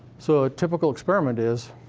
so a typical experiment is,